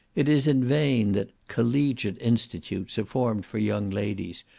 it is in vain that collegiate institutes are formed for young ladies,